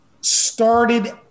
Started